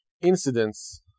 incidents